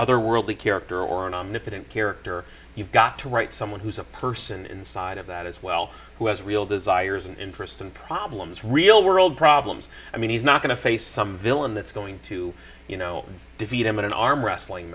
otherworldly character or an omnipotent character you've got to write someone who's a person inside of that as well who has real desires and interests and problems real world problems i mean he's not going to face some villain that's going to you know defeat him in an arm wrestling